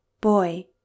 Boy